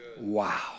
Wow